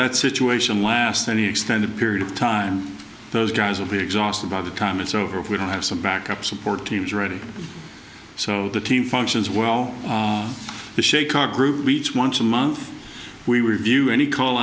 that situation last any extended period of time those guys will be exhausted by the time it's over if we don't have some backup support teams ready so the team functions well the shaker group reach once a month we were view any call